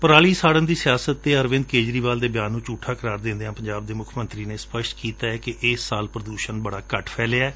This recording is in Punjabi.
ਪਰਾਲੀ ਸਾਤਨ ਦੀ ਸਿਆਸਤ ਤੇ ਅਰਵਿੰਦ ਕੇਜਰੀਵਾਲ ਦੇ ਬਿਆਨ ਨੁੰ ਝੁਠਾ ਕਰਾਰ ਦਿੰਦਿਆਂ ਪੰਜਾਬ ਦੇ ਮੁੱਖ ਮੰਤਰੀ ਨੇ ਸਪਸ਼ਟ ਕੀਤਾ ਕਿ ਇਸ ਸਾਲ ਪ੍ਰਦੂਸ਼ਣ ਬਹੁਤ ਘੱਟ ਫੈਲਿਆ ਹੈ